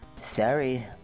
Sorry